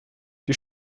die